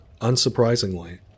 Unsurprisingly